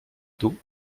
dos